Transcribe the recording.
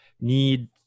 need